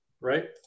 right